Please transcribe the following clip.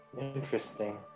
Interesting